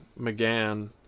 McGann